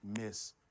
miss